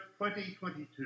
2022